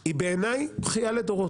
היא בעיניי בכייה לדורות.